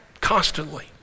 Constantly